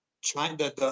China